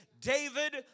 David